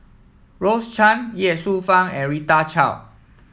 Rose Chan Ye Shufang and Rita Chao